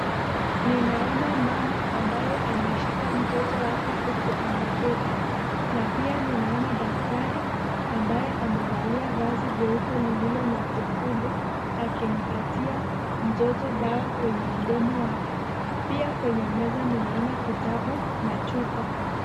Ninaona mama ambaye ameshika mtoto wake huku ameketi na pia ninaona daktari ambaye amevalia vazi jeupe lililo na jekundu akimpatia mtoto dawa kwenye mdomo wake. Pia kwenye meza ninaona kitabu na chupa.